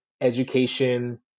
education